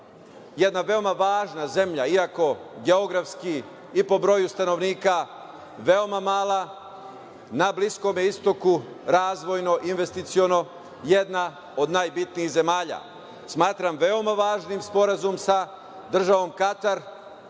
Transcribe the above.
jedna veoma važna zemlja, iako geografski i po broju stanovnika veoma mala, na Bliskom Istoku, razvojno i investiciono jedna od najbitnijih zemalja. Smatram veoma važnim Sporazum sa državom Katar,